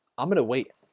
i'm gonna wait